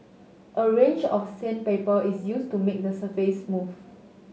a range of sandpaper is used to make the surface smooth